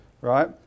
right